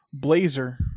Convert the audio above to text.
blazer